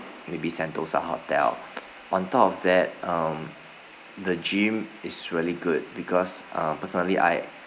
maybe sentosa hotel on top of that um the gym is really good because um personally I